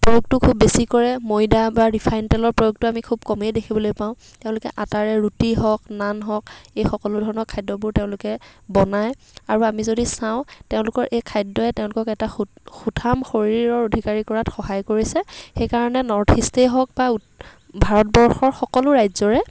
প্ৰয়োগটো খুব বেছি কৰে ময়দা বা ৰিফাইন তেলৰ প্ৰয়োগটো আমি খুব কমেই দেখিবলৈ পাওঁ তেওঁলোকে আটাৰে ৰুটি হওক নান হওক এই সকলোধৰণৰ খাদ্যবোৰ তেওঁলোকে বনাই আৰু আমি যদি চাওঁ তেওঁলোকৰ এই খাদ্যই তেওঁলোকক এটা সুঠ সুঠাম শৰীৰৰ অধিকাৰী কৰাত সহায় কৰিছে সেইকাৰণে নৰ্থ ইষ্টেই হওক বা উত ভাৰতবৰ্ষৰ সকলো ৰাজ্যৰে